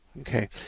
Okay